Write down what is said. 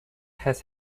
has